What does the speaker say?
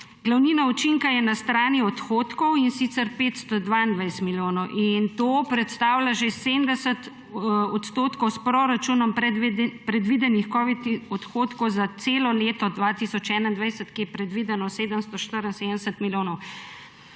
Glavnina učinka je na strani odhodkov, in sicer 522 milijonov. To predstavlja že 70 % s proračunom predvidenih covid odhodkov za celo leto 2021, kjer je predvideno 774 milijonov.